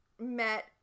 met